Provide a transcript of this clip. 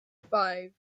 five